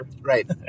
Right